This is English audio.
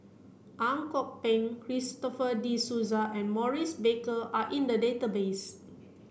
Ang Kok Peng Christopher De Souza and Maurice Baker are in the database